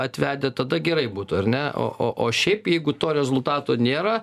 atvedę tada gerai būtų ar ne o o o šiaip jeigu to rezultato nėra